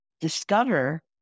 discover